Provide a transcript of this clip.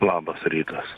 labas rytas